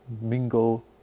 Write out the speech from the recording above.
mingle